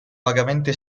vagamente